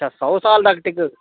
अच्छा सौ साल तक टिकग